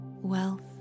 Wealth